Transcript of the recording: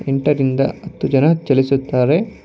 ಎಂಟರಿಂದ ಹತ್ತು ಜನ ಚಲಿಸುತ್ತಾರೆ